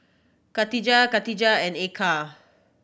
Khadija Katijah and Eka